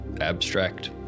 abstract